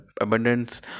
abundance